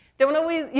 don't always you